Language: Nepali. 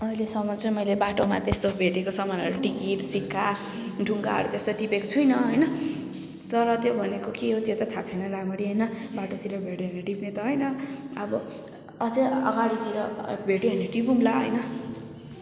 अहिलेसम्म चाहिँ मैले बाटोमा त्यस्तो भेटेको सामानहरू टिकट सिक्का ढुङ्गाहरू त्यस्तो टिपेको छुइनँ होइन तर त्यो भनेको के हो त्यो त थाहा छैन राम्ररी होइन बाटोतिर भेट्यो भने टिप्ने त होइन अब अझै अगाडितिर भेट्यो भने टिपौँला होइन